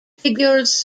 figures